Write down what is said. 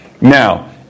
Now